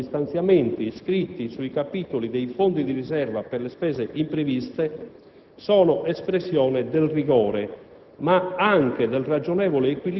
La consistenza stessa degli stanziamenti iscritti sui capitoli dei fondi di riserva per le spese impreviste è espressione del rigore,